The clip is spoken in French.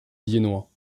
viennois